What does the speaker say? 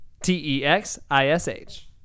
T-E-X-I-S-H